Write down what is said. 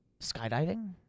skydiving